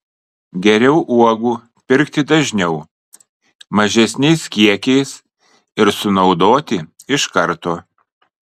geriau uogų pirkti dažniau mažesniais kiekiais ir sunaudoti iš karto